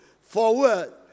forward